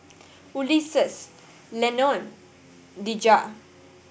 Ulises Lennon Dejah